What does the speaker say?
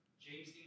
James